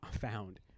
found